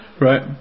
Right